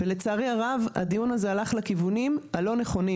לצערי הרב, הדיון הזה הלך לכיוונים הלא נכונים.